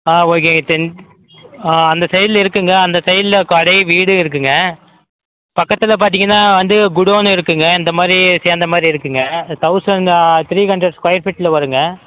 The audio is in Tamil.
ஆ ஓகே டென் ஆ அந்த சைடில் இருக்குங்க அந்த சைடில் கடை வீடும் இருக்குதுங்க பக்கத்தில் பார்த்திங்கன்னா வந்து குடோனு இருக்குங்க இந்த மாதிரி சேர்ந்த மாதிரி இருக்குங்க தௌசண்ட் த்ரீ ஹண்ட்ரட் ஸ்கொயர் ஃபீட்டில் வருங்க